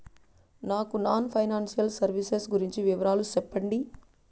నాకు non financial services గురించి వివరాలు సెప్పండి?